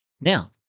Now